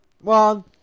One